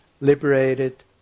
liberated